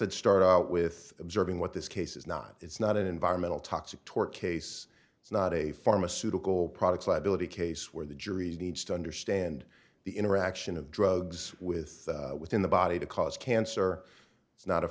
i'd start out with observing what this case is not it's not an environmental toxic tort case it's not a pharmaceutical products liability case where the jury needs to understand the interaction of drugs with within the body to cause cancer